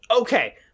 okay